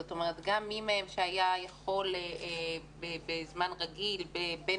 זאת אומרת גם מי מהם שהיה יכול בזמן רגיל בין